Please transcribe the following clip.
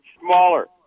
smaller